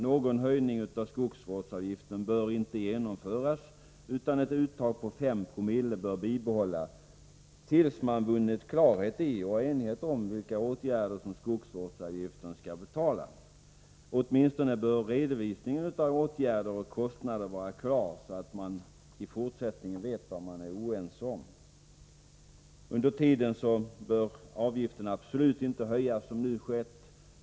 Någon höjning av skogsvårdsavgiften bör inte genomföras, utan ett uttag på 5 to bör bibehållas tills man vunnit bättre klarhet i, och enighet om, vilka åtgärder som skogsvårdsavgiften skall betala. Åtminstone bör redovisningen av åtgärder och kostnader vara klar, så att man i fortsättningen vet vad man är oense om. Under tiden bör avgiften absolut inte höjas som nu skett.